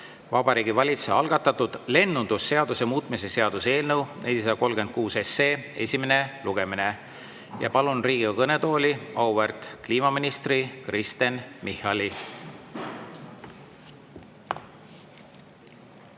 Vabariigi Valitsuse algatatud lennundusseaduse muutmise seaduse eelnõu 436 esimene lugemine. Palun Riigikogu kõnetooli auväärt kliimaministri Kristen Michali.